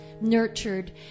Nurtured